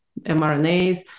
mRNAs